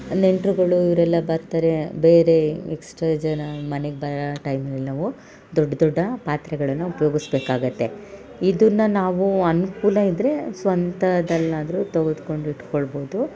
ನೆಂಟ್ರು ಇವರೆಲ್ಲ ಬರ್ತಾರೆ ಬೇರೆ ಎಕ್ಸ್ಟ್ರಾ ಜನ ಮನೆಗೆ ಬರೋ ಟೈಮ್ನಲ್ಲಿ ನಾವು ದೊಡ್ಡ ದೊಡ್ಡ ಪಾತ್ರೆಗಳನ್ನು ಉಪ್ಯೋಗಿಸಬೇಕಾಗುತ್ತೆ ಇದನ್ನು ನಾವು ಅನುಕೂಲ ಇದ್ದರೆ ಸ್ವಂತದಲ್ಲಾದರು ತೆಗೆದ್ಕೊಂಡು ಇಟ್ಕೊಳ್ಬೋದು